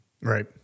Right